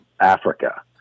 Africa